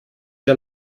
der